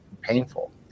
painful